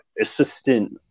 assistant